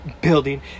building